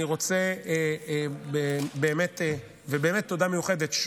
אני רוצה באמת באמת תודה מיוחדת,